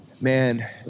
man